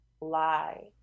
lie